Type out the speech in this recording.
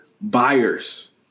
buyers